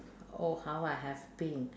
oh how I have been